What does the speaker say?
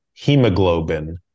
hemoglobin